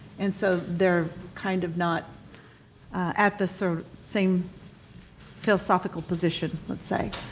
and so they're kind of not at the sort of same philosophical position, let's say.